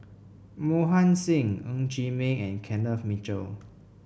Mohan Singh Ng Chee Meng and Kenneth Mitchell